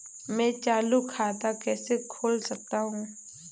मैं चालू खाता कैसे खोल सकता हूँ?